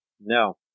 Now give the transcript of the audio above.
No